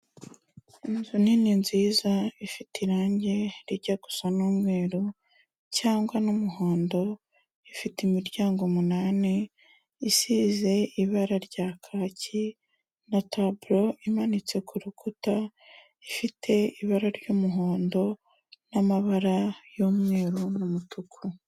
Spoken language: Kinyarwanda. Inzu nini nziza ifite irangi rijya gusa n'umweru cyangwa n'umuhondo, ifite imiryango umunani isize ibara rya kaki na taburo imanitse ku rukuta, ifite ibara ry'umuhondo n'amabara y'umweru n'umutuku.